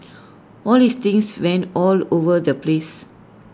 all his things went all over the place